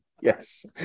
Yes